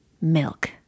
Milk